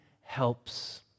helps